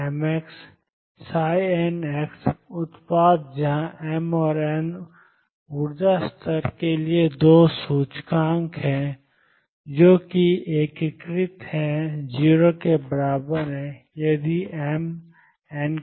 mxn उत्पाद जहां M और एन ऊर्जा स्तर के लिए 2 सूचकांक हैं जो कि एकीकृत है 0 के बराबर है यदि एम ≠ एन